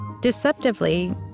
Deceptively